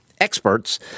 experts